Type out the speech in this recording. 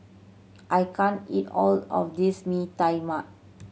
I can't eat all of this Mee Tai Mak